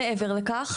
מעבר לכך,